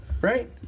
Right